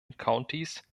countys